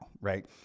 Right